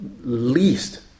least